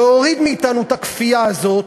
להוריד מאתנו את הכפייה הזאת,